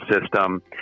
system